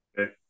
okay